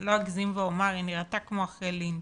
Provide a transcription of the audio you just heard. לא אגזים ואומר, היא נראתה כמו אחרי לינץ'.